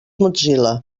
mozilla